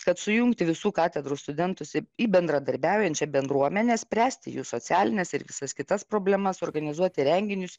kad sujungti visų katedrų studentus į į bendradarbiaujančią bendruomenę spręsti jų socialines ir visas kitas problemas organizuoti renginius